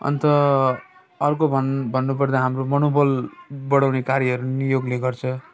अन्त अर्को भन भन्नुपर्दा हाम्रो मनोबल बढाउने कार्यहरू पनि योगले गर्छ